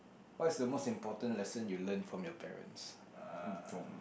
what is the most important lesson you learn from your parents